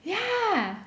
yeah